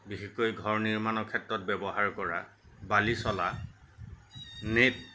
বিশেষকৈ ঘৰ নিৰ্মাণৰ ক্ষেত্ৰত ব্য়ৱহাৰ কৰা বালি চলা নেট